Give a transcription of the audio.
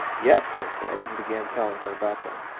yes, i said. and began telling her about them.